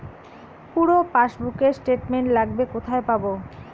পুরো পাসবুকের স্টেটমেন্ট লাগবে কোথায় পাব?